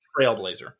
trailblazer